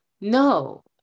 No